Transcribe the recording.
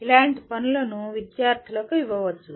ఇలాంటి పనులను విద్యార్థులకు ఇవ్వవచ్చు